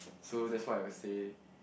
so that's why I say